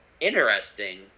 interesting